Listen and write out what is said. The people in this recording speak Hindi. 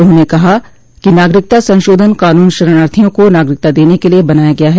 उन्होने कहा कि नागरिकता संशोधन क़ानून शरणार्थियों को नागरिकता देने के लिए बनाया गया है